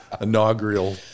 inaugural